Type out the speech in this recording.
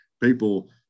people